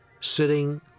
sitting